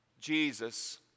Jesus